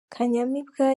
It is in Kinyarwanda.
kanyamibwa